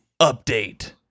Update